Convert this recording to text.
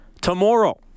tomorrow